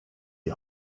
die